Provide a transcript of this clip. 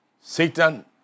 Satan